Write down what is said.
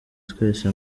twese